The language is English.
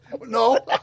No